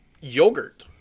Yogurt